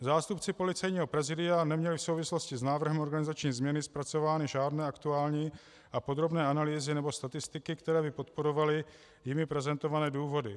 Zástupci Policejního prezidia neměli v souvislosti s návrhem organizační změny zpracovány žádné aktuální a podrobné analýzy nebo statistiky, které by podporovaly jimi prezentované důvody.